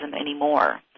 anymore